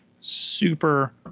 super